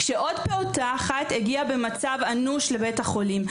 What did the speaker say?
כשעוד פעוטה אחת הגיעה במצב אנוש לבית החולים.